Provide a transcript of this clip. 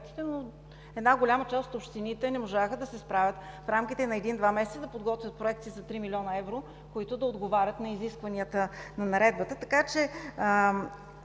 но голяма част от общините не можаха да се справят в рамките на един-два месеца да подготвят проекти за 3 млн. евро, които да отговарят на изискванията на Наредбата.